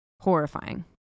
horrifying